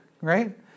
Right